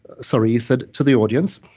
sorry, he said to the audience.